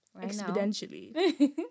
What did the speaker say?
exponentially